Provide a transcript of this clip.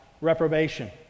reprobation